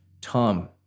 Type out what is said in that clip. Tom